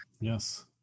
yes